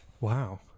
Wow